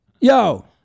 yo